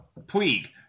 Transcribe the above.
Puig